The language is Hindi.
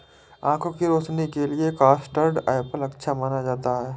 आँखों की रोशनी के लिए भी कस्टर्ड एप्पल अच्छा माना जाता है